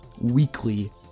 weekly